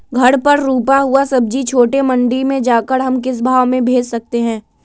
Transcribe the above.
घर पर रूपा हुआ सब्जी छोटे मंडी में जाकर हम किस भाव में भेज सकते हैं?